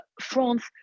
France